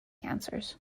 answers